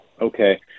okay